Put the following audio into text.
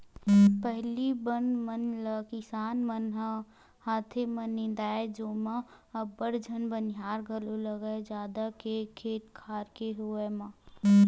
पहिली बन मन ल किसान मन ह हाथे म निंदवाए जेमा अब्बड़ झन बनिहार घलोक लागय जादा के खेत खार के होय म